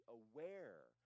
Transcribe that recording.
aware